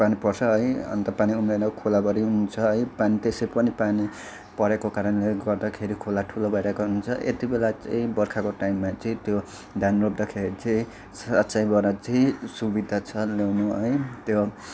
पानी पर्छ है अन्त पानी उम्रिएर खोलाभरि हुन्छ है त्यसै पनि पानी परेको कारणले गर्दाखेरि खोला थुलो भइरहेको हुन्छ यति बेला चाहिँ बर्खाको टाइममा चाहिँ त्यो धान रोप्दाखेरि चाहिँ सिँचाईबाट चाहिँ सुविधा छ ल्याउनु है त्यो